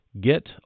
Get